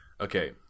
Okay